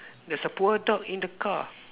there's a poor dog in the car